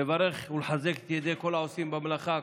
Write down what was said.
לברך ולחזק את ידי כל העושים במלאכה,